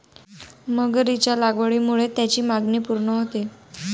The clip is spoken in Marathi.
मगरीच्या लागवडीमुळे त्याची मागणी पूर्ण होते